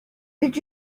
did